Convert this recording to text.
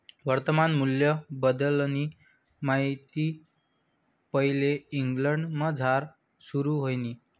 वर्तमान मूल्यबद्दलनी माहिती पैले इंग्लंडमझार सुरू व्हयनी